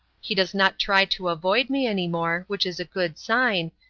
he does not try to avoid me any more, which is a good sign,